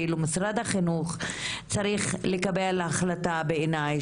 כאילו משרד החינוך צריך לקבל החלטה בעיני,